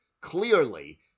clearly